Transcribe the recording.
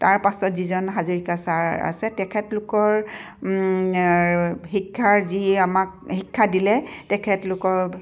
তাৰপাছত যিজন হাজৰিকা ছাৰ আছে তেখেতলোকৰ শিক্ষাৰ যি আমাক শিক্ষা দিলে তেখেতলোকৰ